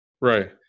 Right